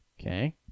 Okay